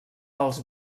els